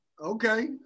Okay